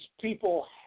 people